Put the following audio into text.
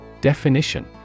Definition